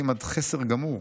לעיתים עד חסר גמור,